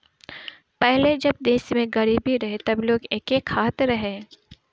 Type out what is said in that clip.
पहिले जब देश में गरीबी रहे तब लोग एके खात रहे